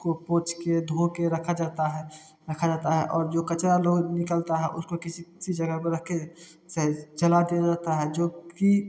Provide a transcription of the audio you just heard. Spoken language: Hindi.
पोंछ के धो के रखा जाता है और जो कचरा निकलता है उसको कहीं ऐसी जगह पर रख कर जला दिया जाता है जो कि